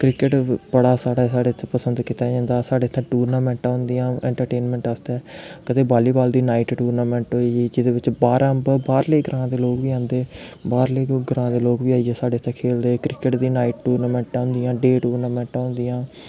cricket बड़ा साढ़ै इत्थै पसंद कीता जंदा साढ़े इत्थै टूर्नामैंटा होंदियां इंट्रटेनमैंट आस्तै कदें बॉली बॉल दी नाइट टूर्नामैंट होई जेह्दे बिच्च बाह्रले ग्रांऽ दे लोग बी आंदे बाह्रले ग्रांऽ दे लोग बी आइयै इत्थै खेलदे क्रिकेट दी नाइट टूर्नांमैंटां होंदियां डे टूर्नांमैंटां होंदियां